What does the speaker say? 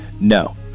No